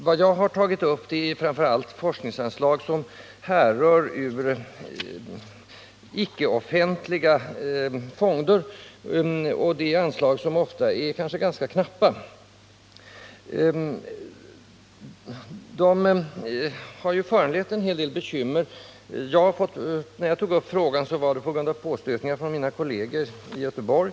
Vad jag har tagit upp är framför allt forskningsanslag som härrör ur icke-offentliga fonder, och det är anslag som ofta är ganska knappa. Det har ju föranlett en hel del bekymmer. Anledningen till att jag tog upp frågan var påstötningar från mina kolleger i Göteborg.